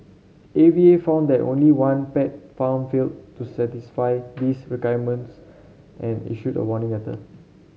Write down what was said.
A V A found that only one pet farm failed to satisfy these requirements and issued a warning letter